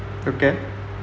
okay